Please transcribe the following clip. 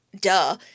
duh